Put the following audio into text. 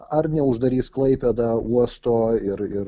ar neuždarys klaipėda uosto ir ir